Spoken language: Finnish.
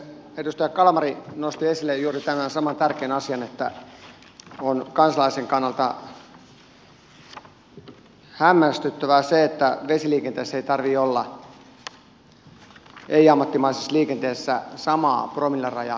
edustaja kalmari nosti esille juuri tämän saman tärkeän asian että on kansalaisen kannalta hämmästyttävää se että vesiliikenteessä ei tarvitse olla ei ammattimaisessa liikenteessä samaa promillerajaa kuin ammattimaisessa liikenteessä